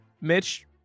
Mitch